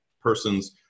person's